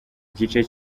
gice